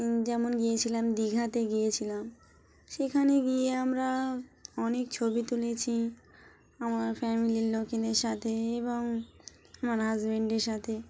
যেমন গিয়েছিলাম দীঘাতে গিয়েছিলাম সেখানে গিয়ে আমরা অনেক ছবি তুলেছি আমার ফ্যামিলির লোকেদের সাথে এবং আমার হাজব্যান্ডের সাথে